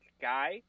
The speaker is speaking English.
Guy